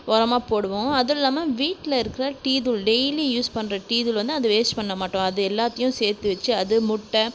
உரமா போடுவோம் அதுவும் இல்லாமல் வீட்டில் இருக்கிற டீ தூள் டெய்லி யூஸ் பண்ணுற டீ தூள் வந்து அதை வேஸ்ட் பண்ண மாட்டோம் அது எல்லாத்தையும் சேர்த்து வச்சு அது முட்டை